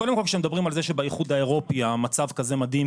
קודם כל שמדברים על זה שבאיחוד האירופאי המצב כזה מדהים,